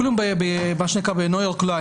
ואפילו בהכר לקוח.